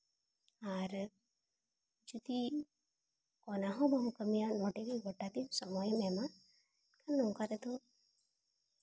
ᱟᱨ ᱡᱩᱫᱤ ᱚᱱᱟ ᱦᱚᱸ ᱵᱟᱢ ᱠᱟᱹᱢᱤᱭᱟ ᱱᱚᱰᱮ ᱜᱳᱴᱟ ᱫᱤᱱ ᱥᱚᱢᱚᱭᱮᱢ ᱮᱢᱟ ᱱᱚᱝᱠᱟ ᱛᱮᱫᱚ